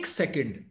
second